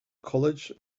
college